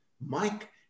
Mike